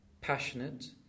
passionate